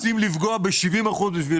רוצים לפגוע ב-70 אחוזים.